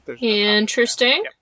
interesting